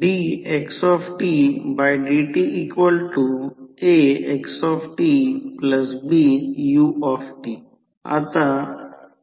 dxdtAxtBu आता A ची value किती आहे